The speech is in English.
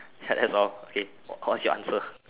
that's all okay what's your answer